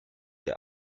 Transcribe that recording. der